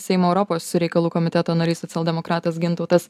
seimo europos reikalų komiteto narys socialdemokratas gintautas